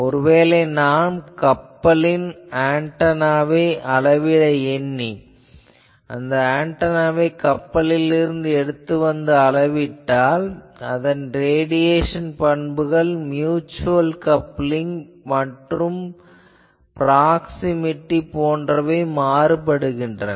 ஒருவேளை நாம் கப்பலின் ஆன்டெனாவை அளவிட எண்ணி அந்த ஆன்டெனாவை கப்பலில் இருந்து எடுத்து வந்து அளவிட்டால் அதன் ரேடியேசன் பண்புகள் மியுச்சுவல் கப்ளிங் மற்றும் ப்ராக்ஸிமிட்டி போன்றவை மாறுபடுகின்றன